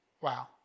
Wow